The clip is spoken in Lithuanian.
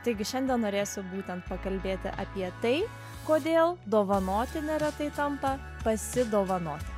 taigi šiandien norėsiu būtent pakalbėti apie tai kodėl dovanoti neretai tampa pasidovanoti